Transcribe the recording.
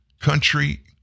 country